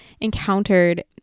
encountered